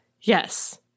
Yes